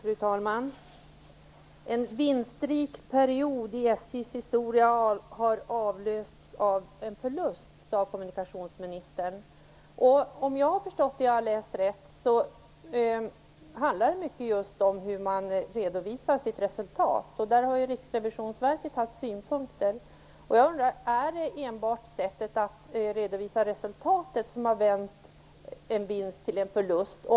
Fru talman! En vinstrik period i SJ:s historia har avlösts av en förlust, sade kommunikationsministern. Om jag har förstått det jag har läst rätt handlar det mycket just om hur man redovisar sitt resultat. Där har ju Riksrevisionsverket haft synpunkter. Är det enbart sättet att redovisa resultatet som har vänt en vinst till en förlust?